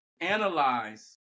analyze